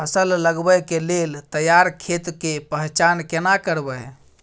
फसल लगबै के लेल तैयार खेत के पहचान केना करबै?